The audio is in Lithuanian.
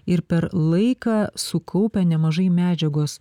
ir per laiką sukaupę nemažai medžiagos